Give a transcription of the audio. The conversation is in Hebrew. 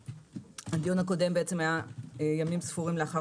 הדיון הקודם היה ימים ספורים לאחר